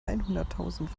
einhunderttausend